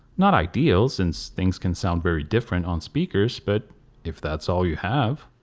not ideal since things can sound very different on speakers, but if that's all you have.